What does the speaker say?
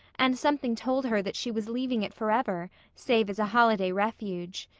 and something told her that she was leaving it forever, save as a holiday refuge.